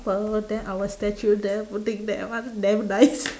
~ple then our statue there putting that one never dies